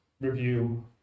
review